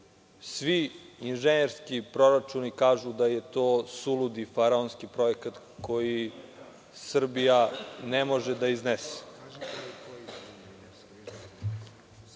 svi inženjerski proračuni kažu da je to suludi faraonski projekat koji Srbija ne može da iznese. Dakle,